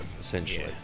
essentially